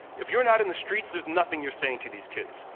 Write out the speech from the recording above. if you're not in the streets there's nothing you're saying to these kids,